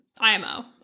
IMO